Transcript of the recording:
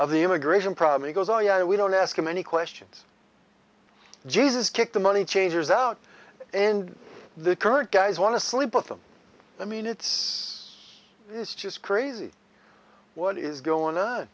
of the immigration problem goes oh yeah we don't ask him any questions jesus kicked the money changers out and the current guys want to sleep with them i mean it's it's just crazy what is going on